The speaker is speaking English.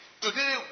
Today